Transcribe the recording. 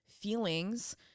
feelings